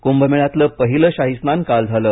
कुंभमेळ्यातलं पहिलं शाहीस्नान काल झालं